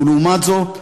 ולעומת זאת,